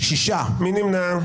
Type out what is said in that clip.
מי נמנע?